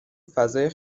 فضای